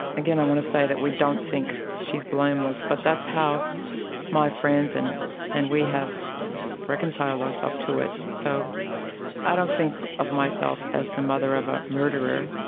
again, i want to say that we don't think she is blameless, but that's how my friends and and we have reconciled ourselves to it. so i don't think of myself as the mother of a murderer.